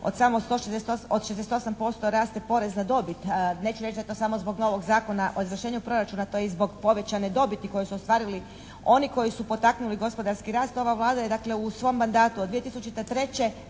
od 68% raste porez na dobit. Neću reći da je to samo zbog novog Zakona o izvršenju proračuna. To je i zbog povećane dobiti koju su ostvarili oni koji su potaknuli gospodarski rast. Ova Vlada je dakle u svom mandatu od 2003.